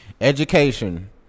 Education